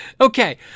Okay